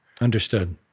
Understood